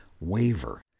waver